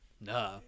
Nah